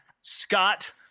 Scott